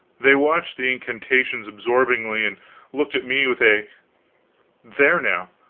they watched the incantations absorbingly, and looked at me with a there, now,